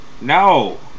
No